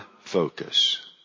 focus